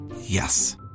yes